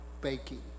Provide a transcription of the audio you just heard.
baking